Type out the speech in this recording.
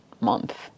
month